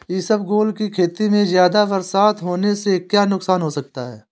इसबगोल की खेती में ज़्यादा बरसात होने से क्या नुकसान हो सकता है?